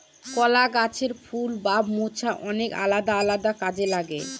কলা গাছের ফুল বা মোচা অনেক আলাদা আলাদা কাজে লাগে